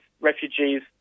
refugees